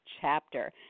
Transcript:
chapter